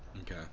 Okay